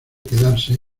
quedarse